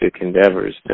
endeavors